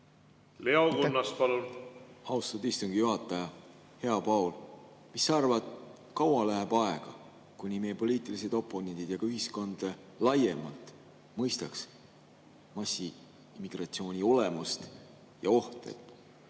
kiirendada? Austatud istungi juhataja! Hea Paul! Mis sa arvad, kui kaua läheb aega, kuni meie poliitilised oponendid ja ka ühiskond laiemalt mõistaks massiimmigratsiooni olemust ja ohte?